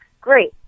Great